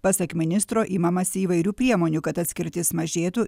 pasak ministro imamasi įvairių priemonių kad atskirtis mažėtų